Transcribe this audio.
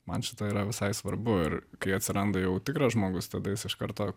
man šita yra visai svarbu ir kai atsiranda jau tikras žmogus tada jis iš karto